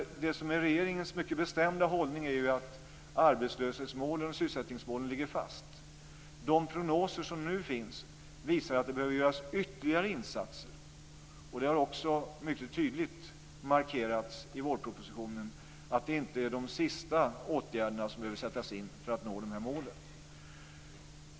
Regeringens mycket bestämda hållning är att arbetslöshetsmålen och sysselsättningsmålen ligger fast. De prognoser som nu finns visar att det behöver göras ytterligare insatser. Det har också mycket tydligt markerats i vårpropositionen att det inte är de sista åtgärderna som behöver sättas in för att nå de här målen.